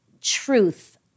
truth